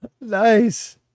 Nice